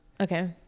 Okay